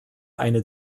eine